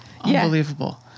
unbelievable